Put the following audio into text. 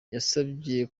yasabye